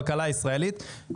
אנחנו נפתור את הבעיה הזו.